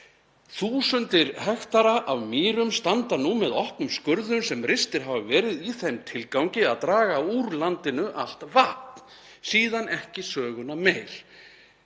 Þúsundir hektara af mýrum standa nú með opnum skurðum sem ristir hafa verið í þeim tilgángi að draga úr landinu alt vatn; síðan ekki söguna meir: